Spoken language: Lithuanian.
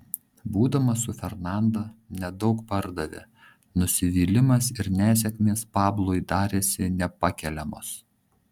būdamas su fernanda nedaug pardavė nusivylimas ir nesėkmės pablui darėsi nepakeliamos